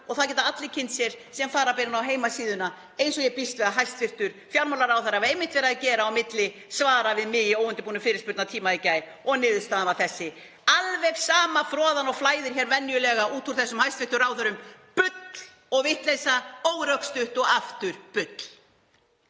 og það geta allir kynnt sér sem fara inn á heimasíðuna eins og ég býst við að hæstv. fjármálaráðherra hafi einmitt verið að gera á milli svara við mig í óundirbúnum fyrirspurnatíma í gær. Og niðurstaðan er þessi: Alveg sama froðan og flæðir hér venjulega hér út úr þessum hæstv. ráðherrum; bull og vitleysa, órökstutt og aftur bull.